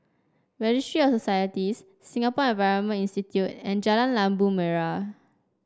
registry a Societies Singapore Environment Institute and Jalan Labu Merah